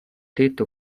tetto